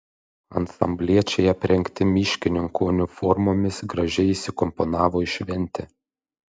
ansambliečiai aprengti miškininkų uniformomis gražiai įsikomponavo į šventę